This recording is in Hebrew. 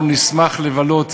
אנחנו נשמח לבלות